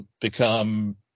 become